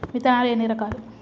విత్తనాలు ఎన్ని రకాలు?